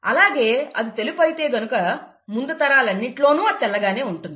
అలాగే అది తెలుపు అయితే గనుక ముందు తరాలన్నింటిలో అది తెల్లగానే ఉంటుంది